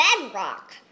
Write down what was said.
Bedrock